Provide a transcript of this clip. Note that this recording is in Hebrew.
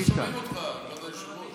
לא שומעים אותך, כבוד היושב-ראש.